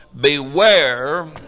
beware